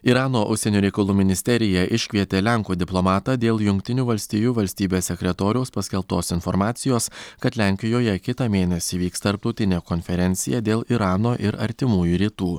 irano užsienio reikalų ministerija iškvietė lenkų diplomatą dėl jungtinių valstijų valstybės sekretoriaus paskelbtos informacijos kad lenkijoje kitą mėnesį vyks tarptautinė konferencija dėl irano ir artimųjų rytų